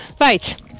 Right